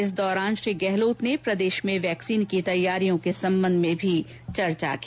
इस दौरान श्री गहलोत ने प्रदेश में वैक्सीन की तैयारियों पर भी चर्चा की